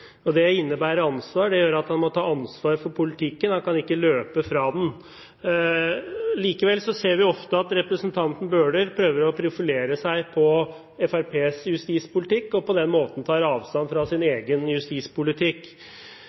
Stortinget. Det innebærer ansvar. Det gjør at han må ta ansvar for politikken. Han kan ikke løpe fra den. Likevel ser vi ofte at representanten Bøhler prøver å profilere seg på Fremskrittspartiets justispolitikk og på den måten tar avstand fra sin egen justispolitikk.